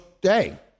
Day